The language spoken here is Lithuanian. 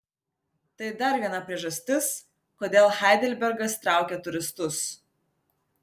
tai dar viena priežastis kodėl heidelbergas traukia turistus